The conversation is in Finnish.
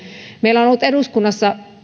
meillä on ollut eduskunnassa